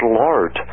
lord